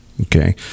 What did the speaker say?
Okay